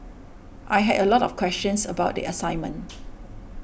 I had a lot of questions about the assignment